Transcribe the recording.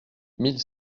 mille